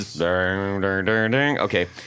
Okay